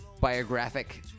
Biographic